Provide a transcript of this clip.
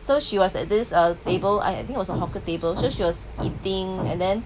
so she was at this uh table I think it was a hawker tables so she was eating and then